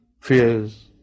fears